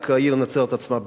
רק העיר נצרת עצמה,